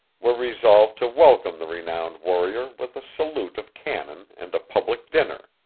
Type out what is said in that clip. were resolved to welcome the renowned warrior with a salute of cannon and a public dinner